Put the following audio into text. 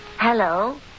Hello